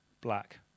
black